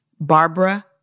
Barbara